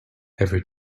every